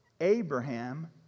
Abraham